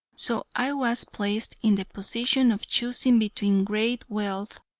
so i was placed in the position of choosing between great wealth,